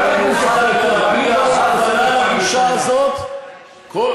ואני מוכן להביע הבנה לגישה הזאת ----- חברת הכנסת סבטלובה,